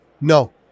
No